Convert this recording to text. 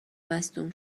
مصدوم